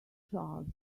charles